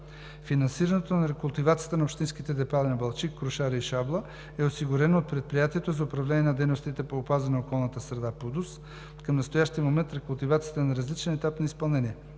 Финансирането на рекултивацията на общинските депа на Балчик, Крушаре и Шабла е осигурено от Предприятието за управление на дейностите по опазване на околната среда – ПУДОС, към настоящия момент рекултивацията е на различен етап на изпълнение.